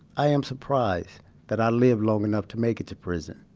i am surprised that i lived long enough to make it to prison,